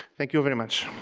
thank you very much.